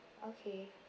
okay